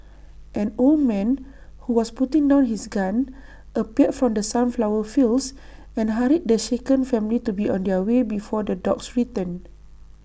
an old man who was putting down his gun appeared from the sunflower fields and hurried the shaken family to be on their way before the dogs return